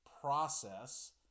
process